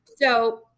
So-